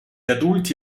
adulti